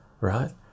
right